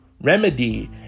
remedy